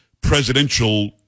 presidential